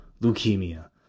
leukemia